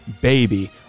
Baby